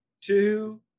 two